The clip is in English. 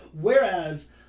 Whereas